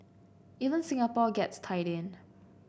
even Singapore gets tied in